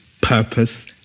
purpose